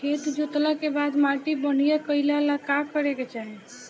खेत जोतला के बाद माटी बढ़िया कइला ला का करे के चाही?